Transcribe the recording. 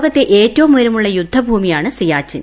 ലോകത്തെ ഏറ്റവും ഉയരമുള്ള ്യുദ്ധഭൂമിയാണ് സിയാച്ചിൻ